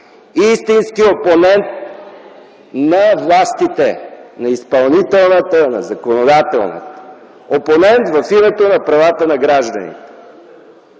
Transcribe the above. истински опонент на властите – на изпълнителната, на законодателната; опонент в името на правата на гражданите.